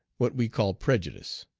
what we call prejudice.